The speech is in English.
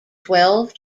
twelve